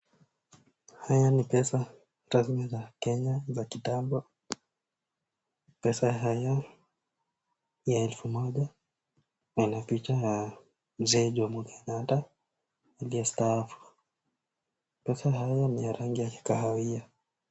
Haya ni pesa taslimu za pesa za kitambo. Pesa haya ni elfu moja na ina picha ya Mzee Jomo Kenyatta aliyestaafu. Pesa hayo ni ya rangi ya kikahawia.